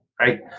right